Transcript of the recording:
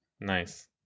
Nice